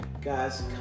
guys